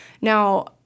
Now